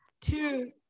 two